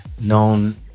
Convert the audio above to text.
known